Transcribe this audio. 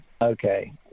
Okay